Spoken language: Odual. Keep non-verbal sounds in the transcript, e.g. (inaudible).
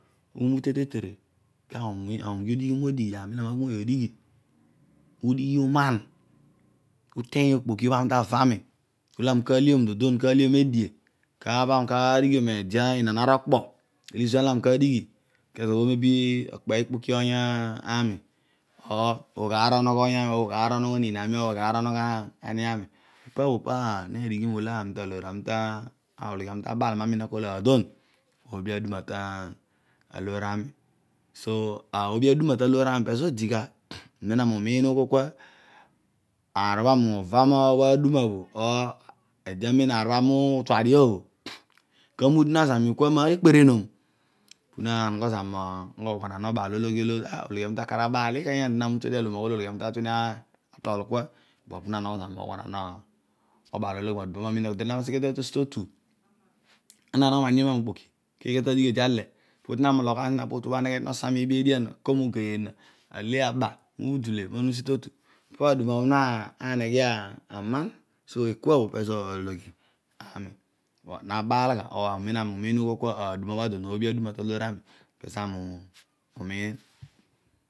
Umute te tere kedio ami ughi udighi modighi ami olo ami natu moghi odighi, udighi uman, uteeny okpoki ubham ta avo ami olo ami ka liom dondon, kaliom adie kabham ka dighiom idi okpo olo ezuan ole ami ke dighi lee obho may be okpe ikpoki oonyami (hesitation) or ogho aor onogho oonyami or ogho aar onogh oniin ami or oghe aar onogho ani ami, ipa bho piidighi molo aloor ami ta, ologhi ami ta abaal ami amin akol adon oobi aduma ta loor ami so, oobi aduma ta loor ami pezo odigha amem ami umiin ughol kua aar obho ami uva mobho aduma bho or ede amem oar obho ami utuadio bho kamuten ah zami kua bho (unintelligible) ekperenon puna nogho zami mo non obaaloghi olo eh ologhi ami ta mar abaal ikanya, ami utuedio aloghom aghol ologhi ami tatol kua but pu na nogho zami mo oghuanaa obaaloghi amen, den ana useghe mosi totu, ana nna mogho ina ani onuma mokpoki, ke eghe tadighi odi ale (hesitation) podi na mologhan zino asa miini edian ako me ena ale aba ibha udule bho pa aduma ne neghe aman kua pezo ologhi ami ma baal gha amen ani umiin ughol kua aduma bhe adon oobi aduma ta loor avani pezo ami umiin.